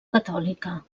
catòlica